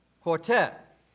Quartet